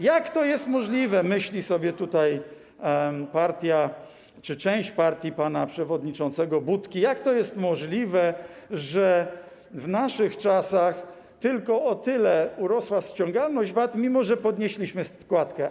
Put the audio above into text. Jak to jest możliwe - myśli sobie tutaj partia czy część partii pana przewodniczącego Budki - jak to jest możliwe, że w naszych czasach tylko o tyle urosła ściągalność VAT, mimo że podnieśliśmy składkę?